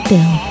Bill